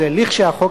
חוק